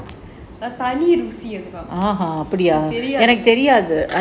அது தனி ருசியா இருக்கும்:athu thani rusiyaa irukum